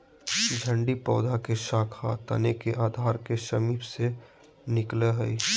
झाड़ी पौधा के शाखा तने के आधार के समीप से निकलैय हइ